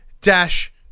Dash